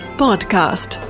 podcast